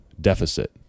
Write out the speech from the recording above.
deficit